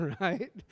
Right